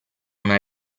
una